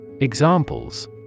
Examples